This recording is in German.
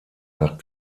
nach